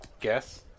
guess